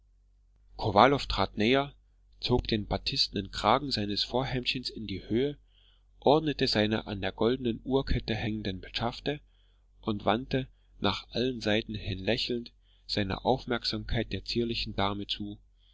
kowalow trat näher zog den batistnen kragen seines vorhemdchens in die höhe ordnete seine an der goldenen uhrkette hängenden petschafte und wandte nach allen seiten hin lächelnd seine aufmerksamkeit der zierlichen dame zu